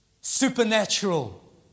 supernatural